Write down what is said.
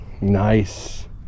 Nice